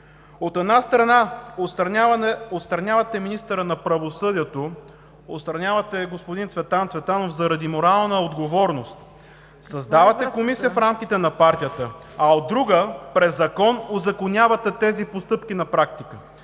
От една страна, отстранявате министъра на правосъдието, отстранявате господин Цветан Цветанов заради морална отговорност, създавате комисия в рамките на партията, а от друга, на практика узаконявате тези постъпки през